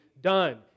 done